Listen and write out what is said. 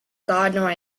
gardener